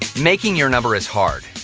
ah making your number is hard.